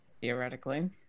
Theoretically